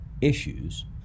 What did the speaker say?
issues